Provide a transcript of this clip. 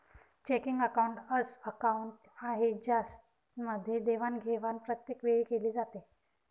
checking account अस account आहे ज्यामध्ये देवाणघेवाण प्रत्येक वेळी केली जाते